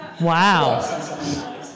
Wow